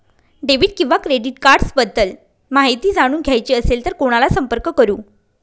Debit किंवा credit cards बद्दल माहिती जाणून घ्यायची असेल तर कोणाला संपर्क करु?